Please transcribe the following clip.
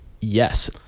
Yes